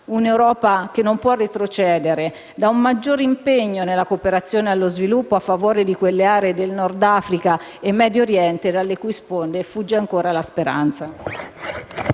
Un'Europa che non può retrocedere da un maggior impegno di cooperazione allo sviluppo a favore di quelle aree del Nord Africa e del Medio Oriente dalle cui sponde fugge ancora la speranza.